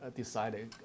decided